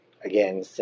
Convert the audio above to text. again